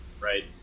right